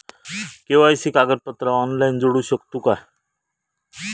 KYC कागदपत्रा online जोडू शकतू का?